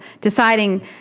deciding